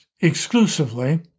exclusively